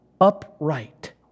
upright